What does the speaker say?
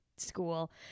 school